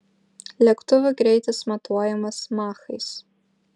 lėktuvų greitis matuojamas machais